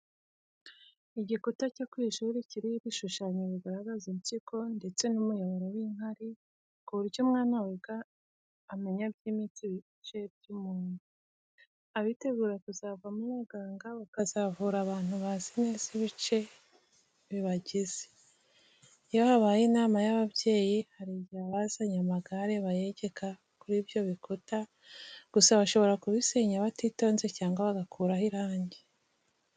Igikuta cyo ku ishuri kiriho ibishushanyo bigaragaza impyiko ndetse n'umuyoboro w'inkari, ku buryo umwana wiga amenya byimbitse ibice by'umuntu. Abitegura kuzavamo abaganga bakazavura abantu bazi neza ibice bibagize. Iyo habaye inama y'ababyeyi hari igihe abazanye amagare bayegeka kuri ibyo bikuta gusa bashobora kubisenya batitonze cyangwa bagakuraho irange.